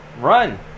run